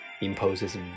imposes